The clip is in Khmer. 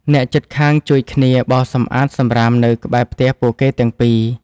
អ្នកជិតខាងជួយគ្នាបោសសម្អាតសំរាមនៅក្បែរផ្ទះពួកគេទាំងពីរ។